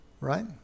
right